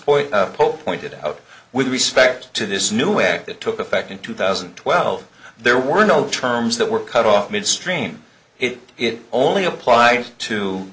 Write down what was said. spoiler pope pointed out with respect to this new way that took effect in two thousand and twelve there were no terms that were cut off midstream it only applied to